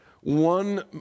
one